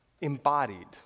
embodied